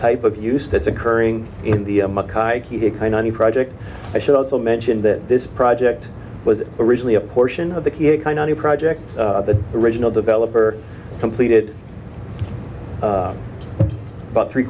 type of use that's occurring in the new project i should also mention that this project was originally a portion of the project the original developer completed about three